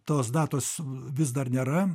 tos datos vis dar nėra